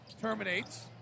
Terminates